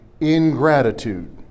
ingratitude